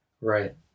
right